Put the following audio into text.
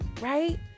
right